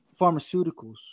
pharmaceuticals